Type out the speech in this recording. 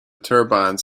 turbines